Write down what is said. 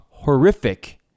horrific